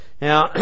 Now